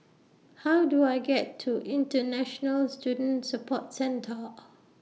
How Do I get to International Student Support Centre